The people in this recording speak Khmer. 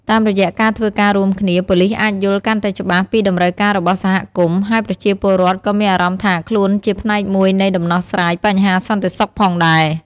តាមរយៈការធ្វើការរួមគ្នា ប៉ូលិសអាចយល់កាន់តែច្បាស់ពីតម្រូវការរបស់សហគមន៍ ហើយប្រជាពលរដ្ឋក៏មានអារម្មណ៍ថាខ្លួនជាផ្នែកមួយនៃដំណោះស្រាយបញ្ហាសន្តិសុខផងដែរ។